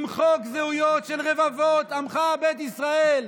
למחוק זהויות של רבבות עמך בית ישראל,